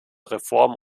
reformen